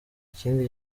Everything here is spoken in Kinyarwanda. ikindi